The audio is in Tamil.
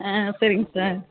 ஆ சரிங் சார்